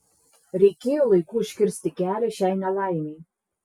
reikėjo laiku užkirsti kelią šiai nelaimei